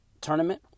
tournament